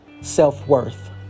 self-worth